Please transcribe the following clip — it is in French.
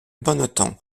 bonneton